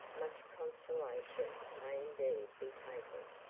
much consolation may indeed be taken.